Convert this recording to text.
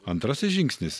antrasis žingsnis